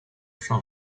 上述